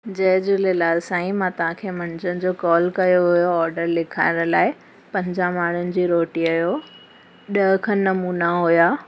जय झूलेलाल साईं मां तव्हांखे मंझंदि जो कॉल कयो हुयो ऑडर लिखाइण लाइ पंजाह माण्हुनि जी रोटीअ जो ॾह खन नमूना हुया